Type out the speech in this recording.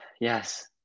yes